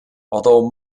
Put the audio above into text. although